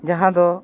ᱡᱟᱦᱟᱸ ᱫᱚ